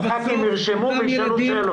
הח"כים ירשמו וישאלו שאלות.